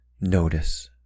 notice